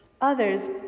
Others